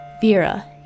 Vera